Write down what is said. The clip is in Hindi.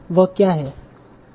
वह क्या है